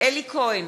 אלי כהן,